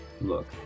look